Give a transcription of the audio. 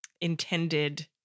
intended